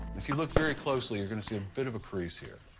if you look very closely, you're going to see a bit of a crease here.